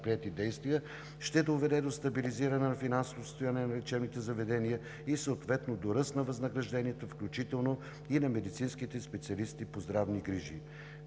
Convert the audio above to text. предприети действия ще доведе до стабилизиране на финансовото състояние на лечебните заведения и съответно до ръст на възнагражденията, включително и на медицинските специалисти по здравни грижи.